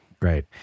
Right